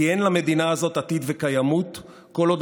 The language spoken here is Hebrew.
כי אין למדינה הזאת עתיד וקיימות כל עוד